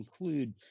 include